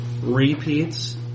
Repeats